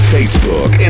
Facebook